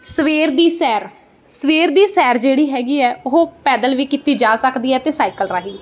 ਸਵੇਰ ਦੀ ਸੈਰ ਸਵੇਰ ਦੀ ਸੈਰ ਜਿਹੜੀ ਹੈਗੀ ਹੈ ਉਹ ਪੈਦਲ ਵੀ ਕੀਤੀ ਜਾ ਸਕਦੀ ਹੈ ਅਤੇ ਸਾਈਕਲ ਰਾਹੀਂ